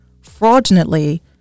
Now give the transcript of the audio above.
fraudulently